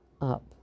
up